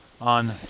on